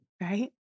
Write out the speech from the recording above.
Right